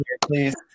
please